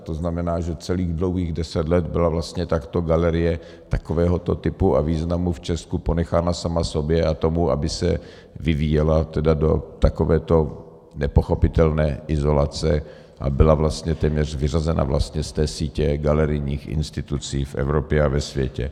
To znamená, že celých dlouhých deset let byla vlastně takto galerie takového typu a významu v Česku ponechána sama sobě a tomu, aby se vyvíjela tedy do takovéto nepochopitelné izolace a byla vlastně téměř vyřazena ze sítě galerijních institucí v Evropě a ve světě.